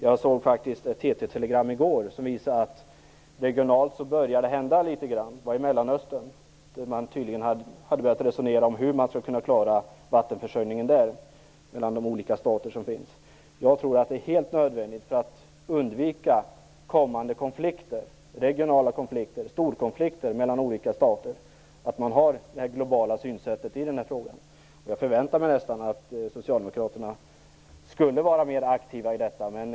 Jag såg faktiskt ett TT-telegram i går som visar att det regionalt börjar hända litet grand. Det handlade om Mellanösterns där man tydligen har börjat resonera om hur man skall kunna klara vattenförsörjningen mellan de olika staterna. Jag tror att det är helt nödvändigt för att undvika kommande konflikter mellan olika stater, regionala konflikter såväl som storkonflikter, att man har det globala synsättet i denna fråga. Jag hade nästan förväntat mig att Socialdemokraterna skulle vara mer aktiva i denna fråga.